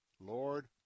Lord